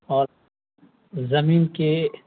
اور زمین کے